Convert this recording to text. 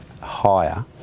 higher